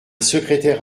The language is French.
secrétaire